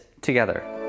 together